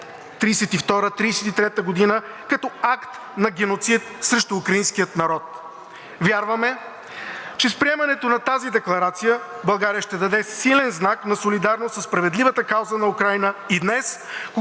1933 г. като акт на геноцид срещу украинския народ. Вярваме, че с приемането на тази декларация България ще даде силен знак на солидарност за справедливата кауза на Украйна и днес,